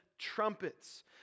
trumpets